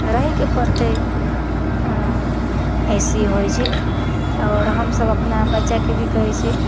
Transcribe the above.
रहयके पड़तै ऐसिए होइ छै आओर हमसभ अपना बच्चाके भी कहै छियै